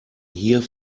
hier